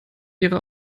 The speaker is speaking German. ihre